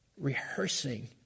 rehearsing